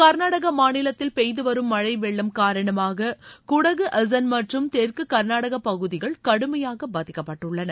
கர்நாடகா மாநிலத்தில் பெய்து வரும் மழை வெள்ளம் காரணமாக குடகு ஹசன் மற்றும் தெற்கு கர்நாடகா பகுதிகள் கடுமையாக பாதிக்கக்பட்டுள்ளன